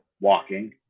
walking